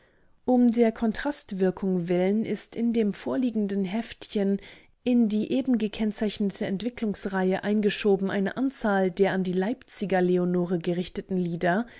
um der kontrastwirkung willen ist in dem vorliegenden heftchen in die eben gekennzeichnete entwicklungsreihe eingeschoben eine anzahl der an die leipziger leonore gerichteten lieder